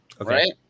right